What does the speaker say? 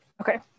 Okay